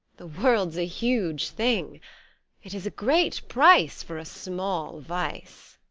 the world's a huge thing it is a great price for a small vice.